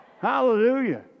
Hallelujah